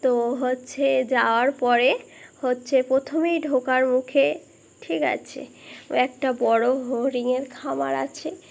তো হচ্ছে যাওয়ার পরে হচ্ছে প্রথমেই ঢোকার মুখে ঠিক আছে একটা বড়ো রিঙয়ের খামার আছে